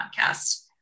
podcast